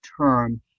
term